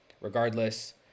Regardless